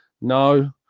no